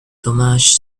dommages